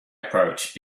approach